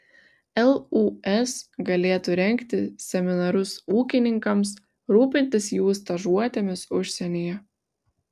lūs galėtų rengti seminarus ūkininkams rūpintis jų stažuotėmis užsienyje